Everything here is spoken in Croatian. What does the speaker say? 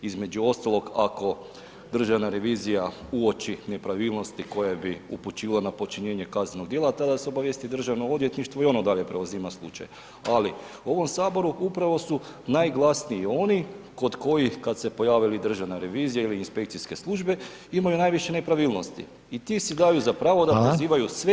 Između ostalog, ako Državna revizija uoči nepravilnosti koje bi upućivale na počinjenje kaznenog dijela, tada se obavijesti Državno odvjetništvo i ono dalje preuzima slučaj, ali u ovom HS upravo su najglasniji oni kod kojih kad se pojave ili Državna revizija ili Inspekcijske službe imaju najviše nepravilnosti i ti si daju za pravo [[Upadica: Hvala]] da prozivaju sve i svakoga.